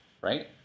right